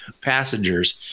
passengers